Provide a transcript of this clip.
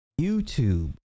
YouTube